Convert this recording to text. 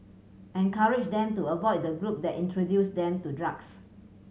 encourage them to avoid the group that introduced them to drugs